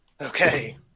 Okay